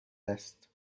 است